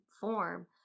form